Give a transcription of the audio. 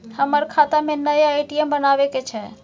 हमर खाता में नया ए.टी.एम बनाबै के छै?